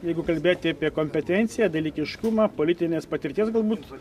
jeigu kalbėti apie kompetenciją dalykiškumą politinės patirties galbūt